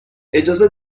اجازه